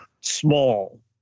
small